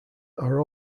are